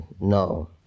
No